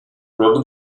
from